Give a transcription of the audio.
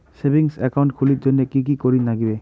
Savings account খুলির জন্যে কি কি করির নাগিবে?